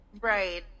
Right